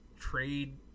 trade